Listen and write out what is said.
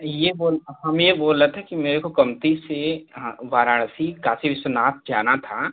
ये बोल हम ये बोल रहे थे कि मेरे को कंप्टी से हाँ वाराणसी काशी विश्वनाथ जाना था